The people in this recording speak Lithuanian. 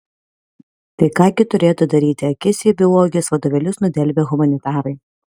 tai ką gi turėtų daryti akis į biologijos vadovėlius nudelbę humanitarai